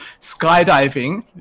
skydiving